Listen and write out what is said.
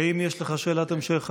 האם יש לך שאלת המשך?